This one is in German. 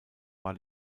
war